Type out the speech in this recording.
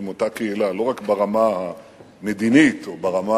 עם אותה קהילה, לא רק ברמה המדינית או ברמה